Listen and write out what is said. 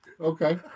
Okay